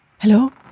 Hello